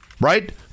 right